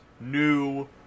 new